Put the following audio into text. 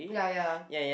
ya ya